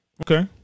Okay